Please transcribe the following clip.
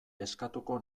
eskatuko